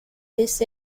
this